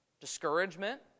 Discouragement